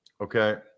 okay